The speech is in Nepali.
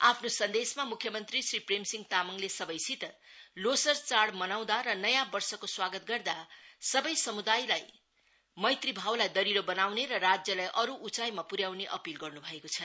आफ्नो सन्देशमा मुख्य मंत्री श्री प्रेमसिंह तामाङले सबैसित लोसर चाङ मनाउँदा र नयाँ वर्षको स्वागत गर्दा सबै समुदायमा मैंत्रीभावलाई द्रहलो बनाउने र राज्यलाई अरू उचाईमा प्र्याउने अपील गर्न् भएको छ